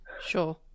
Sure